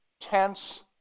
tense